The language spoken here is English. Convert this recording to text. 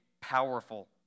powerful